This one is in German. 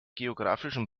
geographischen